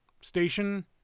station